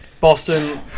Boston